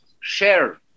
share